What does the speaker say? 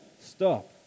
Stop